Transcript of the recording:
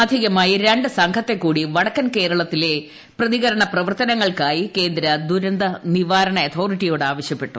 അധികമായി രണ്ട് സംഘത്തെ കൂടി വടക്കൻ കേരളത്തിലെ പ്രതികരണ പ്രവർത്തനങ്ങൾക്കായി കേന്ദ്ര ദുരന്ത നിവാരണ അതോറിറ്റിയോട് ആവശ്യപ്പെട്ടു